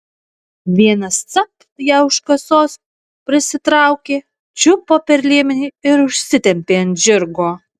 vienas capt ją už kasos prisitraukė čiupo per liemenį ir užsitempė ant žirgo